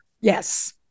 Yes